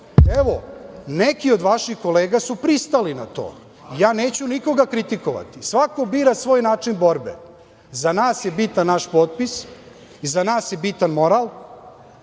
evo, neki od vaših kolega su pristali na to. Neću nikog kritikovati, svako bira svoj način borbe. Za nas je bitan naš potpis, za nas je bitan moral,